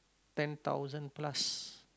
ten thousand plus